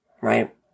right